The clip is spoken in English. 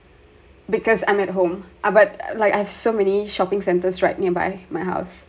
because I'm at home uh but like I've so many shopping centres right nearby my house